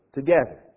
together